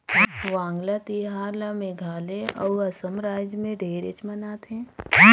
वांगला तिहार ल मेघालय अउ असम रायज मे ढेरे मनाथे